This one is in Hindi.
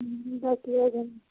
हूँ दस लोग हैं